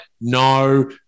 no